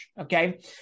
Okay